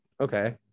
okay